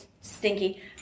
stinky